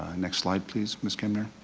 ah next slide please, miss kemner.